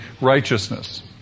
righteousness